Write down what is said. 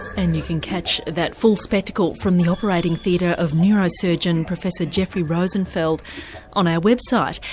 and you can catch that full spectacle from the operating theatre of neurosurgeon professor jeffrey rosenfeld on our website.